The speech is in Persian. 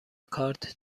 کارت